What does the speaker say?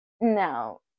no